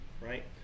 right